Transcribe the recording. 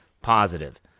positive